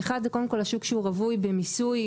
השוק שהוא רווי במיסוי.